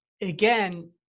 again